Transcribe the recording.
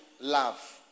love